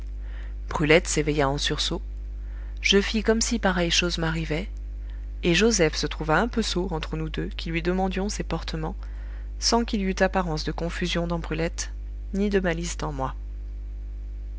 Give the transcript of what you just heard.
brulette s'éveilla en sursaut je fis comme si pareille chose m'arrivait et joseph se trouva un peu sot entre nous deux qui lui demandions ses portements sans qu'il y eût apparence de confusion dans brulette ni de malice dans moi